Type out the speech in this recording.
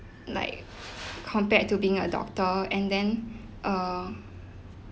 like compared to being a doctor and then uh